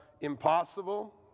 impossible